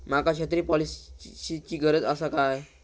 माका छत्री पॉलिसिची गरज आसा काय?